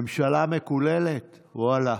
"ממשלה מקוללת" ואללה.